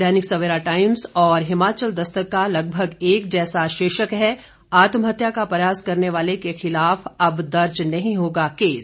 दैनिक Savera Times और हिमाचल दस्तक का लगभग एक जैसा शीर्षक है आत्महत्या का प्रयास करने वाले के खिलाफ अब दर्ज नहीं होगा केस